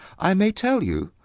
i may tell you,